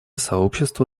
сообщество